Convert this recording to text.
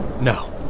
no